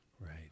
right